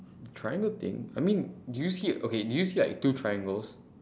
triangle thing I mean do you see okay do you see like two triangles